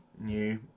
new